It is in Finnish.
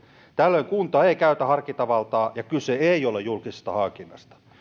tällöin kunta ei käytä harkintavaltaa ja kyse ei ole julkisesta hankinnasta